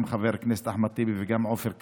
גם חבר הכנסת אחמד טיבי וגם עופר כסיף.